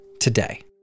today